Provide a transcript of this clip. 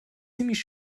ziemlich